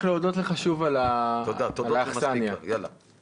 רק להודות לך שוב על האכסניה שלך.